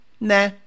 Nah